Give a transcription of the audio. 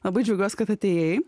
labai džiaugiuos kad atėjai